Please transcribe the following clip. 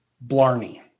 Blarney